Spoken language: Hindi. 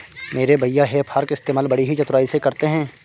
मेरे भैया हे फार्क इस्तेमाल बड़ी ही चतुराई से करते हैं